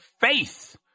face